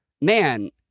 man